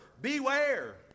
beware